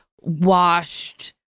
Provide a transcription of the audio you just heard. washed